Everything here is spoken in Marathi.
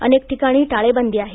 अनेक ठिकाणी टाळेबंदी आहे